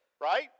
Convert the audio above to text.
right